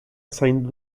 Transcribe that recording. saindo